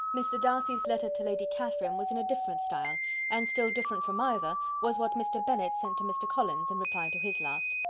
mr. darcy's letter to lady catherine was in a different style and still different from either was what mr. bennet sent to mr. collins, in reply to his last.